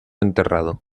enterrado